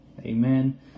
Amen